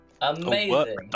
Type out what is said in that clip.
Amazing